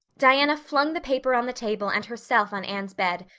diana flung the paper on the table and herself on anne's bed,